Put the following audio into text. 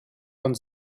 von